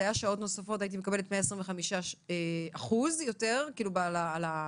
זה היה שעות נוספות והייתי מקבלת 125% נוספים על השעה.